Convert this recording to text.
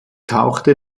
tauchte